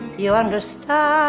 you understand